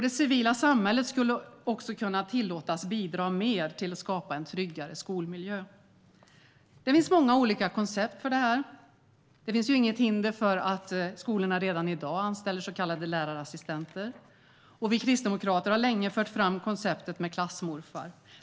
Det civila samhället skulle också kunna tillåtas bidra mer till att skapa en tryggare skolmiljö. Det finns många olika koncept för detta. Det finns inget hinder för att skolorna redan i dag anställer så kallade lärarassistenter. Vi kristdemokrater har länge fört fram konceptet med klassmorfar.